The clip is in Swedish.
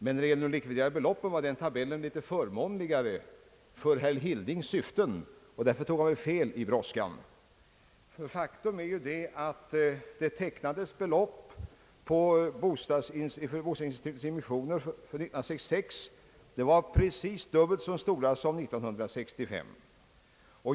Men när det gäller de likviderade beloppen var den tabellen litet förmånligare för herr Hildings syften, och därför tog han väl fel i brådskan. Ty faktum är att det tecknades belopp på bostadskreditinstitutens emissioner för 1966, som var precis dubbelt så stora som 1965.